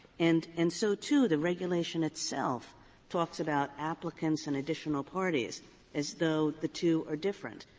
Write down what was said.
and and so, too, the regulation itself talks about applicants and additional parties as though the two are different.